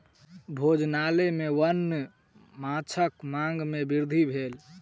भोजनालय में वन्य माँछक मांग में वृद्धि भेल